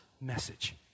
message